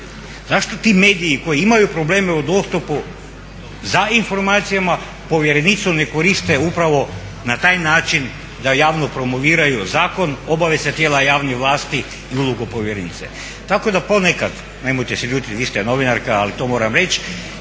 Zašto ti mediji koji imaju probleme u dostupu za informacijama povjerenicu ne koriste upravo na taj način da javno promoviraju zakon, obavezna tijela javnih vlasti i ulogu povjerenice. Tako da ponekad, nemojte se ljutiti vi ste novinarka ali to moram reći,